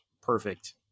Perfect